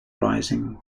rising